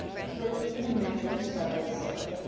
a coat, and a mantle of scarlet silk.